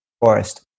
forest